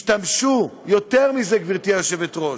יותר מזה, גברתי היושבת-ראש,